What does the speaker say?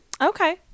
Okay